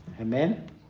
amen